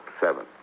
Seven